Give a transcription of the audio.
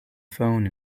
phone